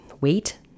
weight